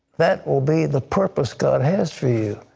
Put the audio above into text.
that will be the purpose god has for you.